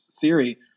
theory